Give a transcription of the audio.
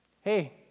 Hey